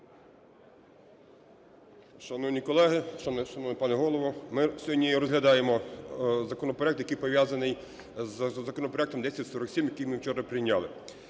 Шановні колеги, шановний пане Голово, ми сьогодні розглядаємо законопроект, який пов'язаний з законопроектом 1047, який ми вчора прийняли.